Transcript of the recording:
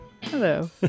Hello